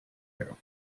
you